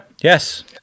Yes